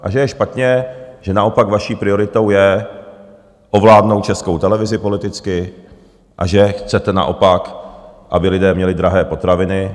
A že je špatně, že naopak vaší prioritou je ovládnout Českou televizi politicky a že chcete naopak, aby lidé měli drahé potraviny.